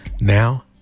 now